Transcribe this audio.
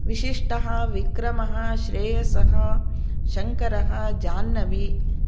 विशिष्टः विक्रमः श्रेयसः शंकरः जाह्नवी